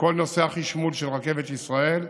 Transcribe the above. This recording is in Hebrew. וכל נושא החשמול של רכבת ישראל,